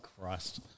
Christ